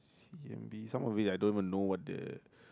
C_M_B some of it I don't even know what the